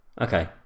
Okay